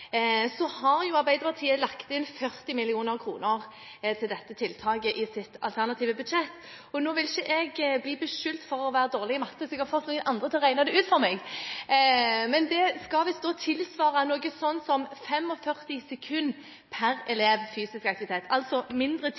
Så har Arbeiderpartiet lagt inn 40 mill. kr til dette tiltaket i sitt alternative budsjett. Nå vil ikke jeg bli beskyldt for å være dårlig i matte, så jeg har fått noen andre til å regne det ut for meg, men det skal visst tilsvare noe sånt som 45 sekunder fysisk aktivitet per elev, altså mindre tid til fysisk aktivitet